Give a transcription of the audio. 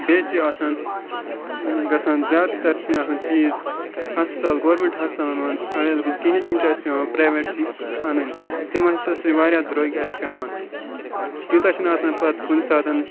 بیٚیہِ چھِ آسان گژھان زیادٕتَر چھِنہٕ آسان چیٖز ہَسپَتال گورمٮ۪نٛٹ ہَسپَتالَن منٛز اَویلیبٕل کِہیٖنۍ تِم چھِ اَسہِ پٮ۪وان پرٛیوٮ۪ٹ چہِ اَنٕنۍٕ تِم ہَسا چھِ واریاہ درٛوٚگۍ اَسہِ پٮ۪وان تیوٗتاہ چھِنہٕ آسان پَتہٕ کُنہِ ساتَن